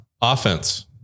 offense